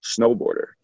snowboarder